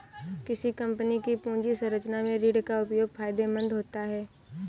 किसी कंपनी की पूंजी संरचना में ऋण का उपयोग फायदेमंद होता है